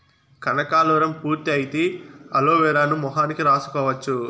కనకాలురం పూర్తి అయితే అలోవెరాను మొహానికి రాసుకోవచ్చు